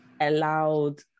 allowed